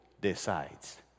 decides